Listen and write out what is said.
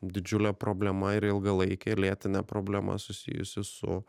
didžiulė problema ir ilgalaikė lėtinė problema susijusi su